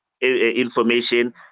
information